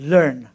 Learn